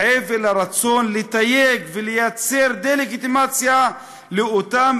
מעבר לרצון לתייג ולייצר דה-לגיטימציה לאותם